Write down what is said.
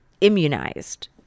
immunized